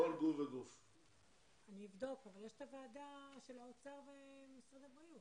אני אבדוק אבל יש את הוועדה של האוצר ומשרד הבריאות.